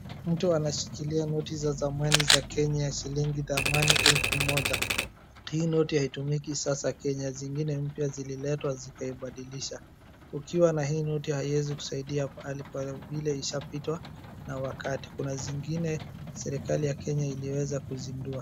Mtu anashikilia noti za zamani za Kenya ya shilingi thamani elfu moja. Hii noti haitumiki sasa Kenya. Zingine mpya zililetwa zikaibadilisha. Ukiwa na hii noti haiezi kusaidia pahali kwa vile ishapitwa na wakati. Kuna zingine serikali ya Kenya ilieza kuzindua.